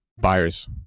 buyers